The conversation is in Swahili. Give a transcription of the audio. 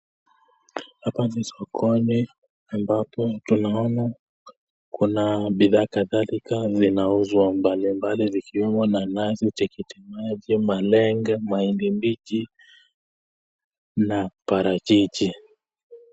Hapa ni sokoni amabapo tunaona kuna bidhaa kadhaa zinazouzwa aina mbalimbali zikiwemo nanazi ,tikitiki maji, malenge , mahindi mbichi na parachichi.